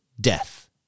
death